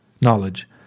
knowledge